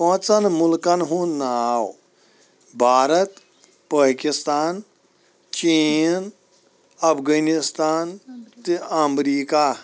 پانٛژَن مُلکَن ہُنٛد ناو بارَت پٲکِستان چیٖن افغٲنِستان تہٕ اَمریٖکاہ